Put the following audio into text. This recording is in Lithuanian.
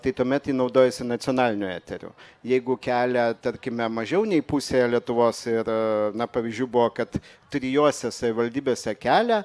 tai tuomet ji naudojasi nacionaliniu eteriu jeigu kelia tarkime mažiau nei pusėje lietuvos ir na pavyzdžių buvo kad trijose savivaldybėse kelią